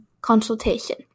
consultation